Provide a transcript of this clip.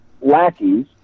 lackeys